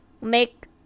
make